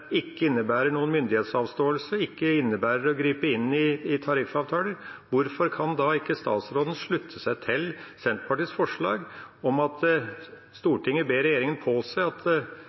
ikke innebærer noen myndighetsavståelse og ikke innebærer å gripe inn i tariffavtaler, hvorfor kan ikke statsråden da slutte seg til Senterpartiets forslag, at «Stortinget ber regjeringen påse at